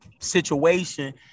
situation